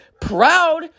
proud